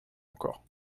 encore